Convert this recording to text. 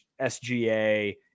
sga